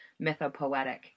mythopoetic